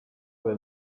will